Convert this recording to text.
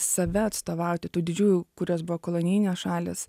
save atstovauti tų didžiųjų kurios buvo kolonijinės šalys